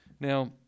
Now